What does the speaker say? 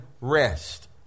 rest